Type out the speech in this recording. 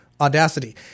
Audacity